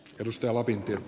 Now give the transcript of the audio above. edustaja lapin